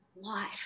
life